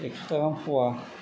एक्स' टाका गाहाम फवा